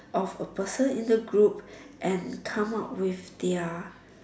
of a person in the group and come out with their